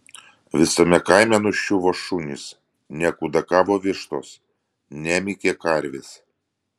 visame kaime nuščiuvo šunys nekudakavo vištos nemykė karvės